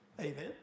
Amen